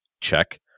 Check